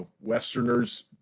Westerners